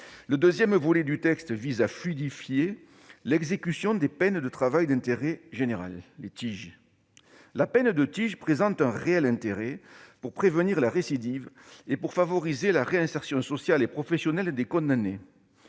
Le deuxième volet du texte vise à fluidifier l'exécution des peines de travail d'intérêt général (TIG). Ces dernières présentent un réel intérêt pour prévenir la récidive et favoriser la réinsertion sociale et professionnelle des condamnés.